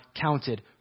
counted